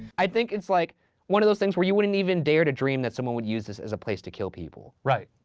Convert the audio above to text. i think it's like one of those things where you wouldn't even dare to dream that someone would use this as a place to kill people. right.